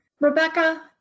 Rebecca